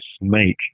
make